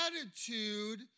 attitude